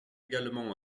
également